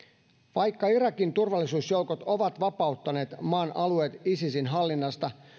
vaikka irakin turvallisuusjoukot ovat vapauttaneet maan alueet isisin hallinnasta